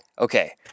Okay